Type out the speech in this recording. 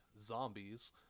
zombies